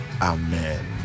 Amen